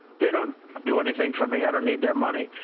they don't do anything for me. i don't need their money.